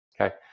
okay